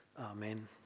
Amen